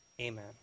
Amen